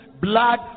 blood